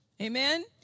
Amen